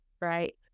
right